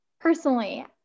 Personally